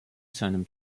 seinem